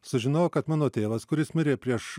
sužinojau kad mano tėvas kuris mirė prieš